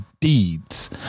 deeds